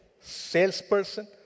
salesperson